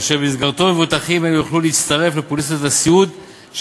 אשר במסגרתו מבוטחים אלה יוכלו להצטרף לפוליסות הסיעוד של